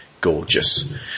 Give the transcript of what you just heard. gorgeous